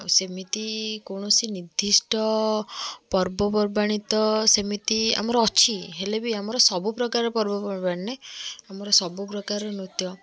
ଆଉ ସେମିତି କୌଣସି ନିର୍ଦ୍ଧିଷ୍ଟ ପର୍ବପର୍ବାଣି ତ ସେମିତି ଆମର ଅଛି ହେଲେ ବି ଆମର ସବୁ ପ୍ରକାର ପର୍ବପର୍ବାଣି ନାହିଁ ଆମର ସବୁ ପ୍ରକାର ନୃତ୍ୟ